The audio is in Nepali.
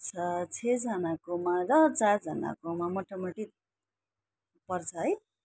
अच्छा छजनाकोमा र चारजनाकोमा मोटामोटी पर्छ है